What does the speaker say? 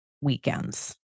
weekends